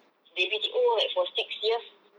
they B_T_O like for six years